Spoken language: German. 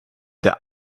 der